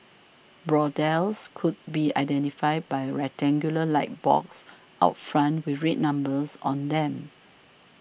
brothels could be identified by a rectangular light box out front with red numbers on them